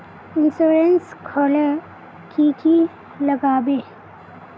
Insurance खोले की की लगाबे?